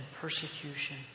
persecution